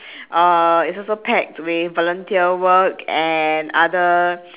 uh it's also packed with volunteer work and other